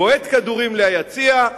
בועט כדורים ליציע,